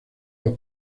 los